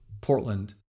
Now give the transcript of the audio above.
Portland